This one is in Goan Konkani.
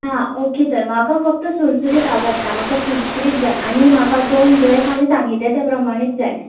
आं ओके तर म्हाका फक्त सुरसुरीत आवडटा म्हाका सुरसुरीत जाय आनी म्हाका दोन ड्रॅस हांवें सांगिल्ले ते प्रमाणेत जाय